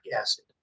acid